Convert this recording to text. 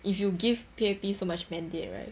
if you give P_A_P so much mandate right